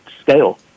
scale